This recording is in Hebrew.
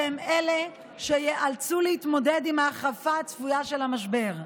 שהם אלה שייאלצו להתמודד עם ההחרפה הצפויה של המשבר.